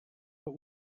but